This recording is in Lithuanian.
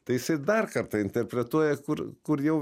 tai jisai dar kartą interpretuoja kur kur jau